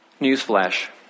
Newsflash